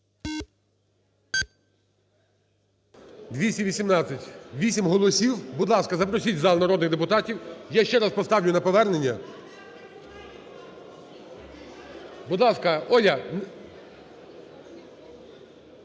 218. 8 голосів. Будь ласка, запросіть в зал народних депутатів. Я ще раз поставлю на повернення. Будь ласка, Оля…